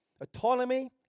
Autonomy